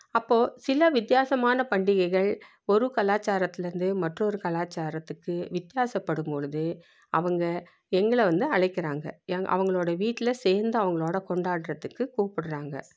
அப்போது சில வித்தியாசமான பண்டிகைகள் ஒரு கலாச்சாரத்துலேருந்து மற்றோரு கலாச்சாரத்துக்கு வித்தியாசப்படும் பொழுது அவங்க எங்களை வந்து அழைக்கிறாங்க எங்க அவங்களோடய வீட்டில் சேர்ந்து அவங்களோடு கொண்டாடுறத்துக்கு கூப்புடுறாங்க